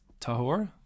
tahor